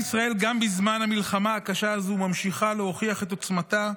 בזמן המלחמה הקשה הזו ממשיכה להוכיח את עוצמתה.